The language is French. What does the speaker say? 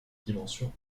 dimension